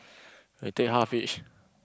I take half each